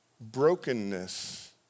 brokenness